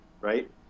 Right